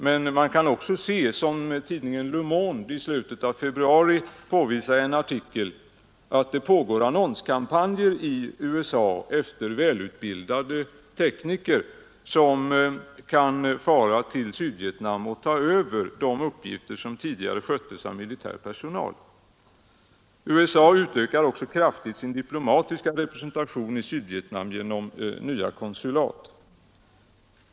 Men man kan också se, som tidningen Le Monde i slutet av februari påvisade i en artikel, att det pågår annonskampanjer i USA efter välutbildade tekniker, som kan fara till Sydvietnam för att överta de uppgifter som tidigare sköttes av militär personal. USA utökar vidare kraftigt sin diplomatiska representation i Sydvietnam genom nya konsulat.